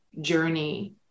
journey